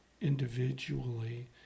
individually